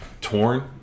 torn